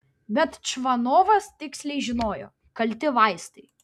bet čvanovas tiksliai žinojo kalti vaistai